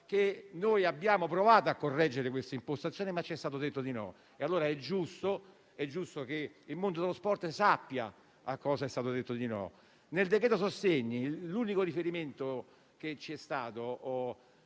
che abbiamo provato a correggere questa impostazione, ma ci è stato detto di no. Allora è giusto che il mondo dello sport sappia a cosa è stato detto di no. Nel decreto-legge sostegni l'unico riferimento al mondo